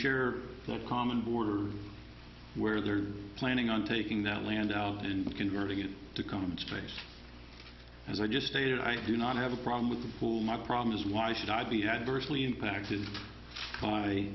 share a common border where they are planning on taking that land and converting it to come into place as i just stated i do not have a problem with the full my problem is why should i be adversely impacted by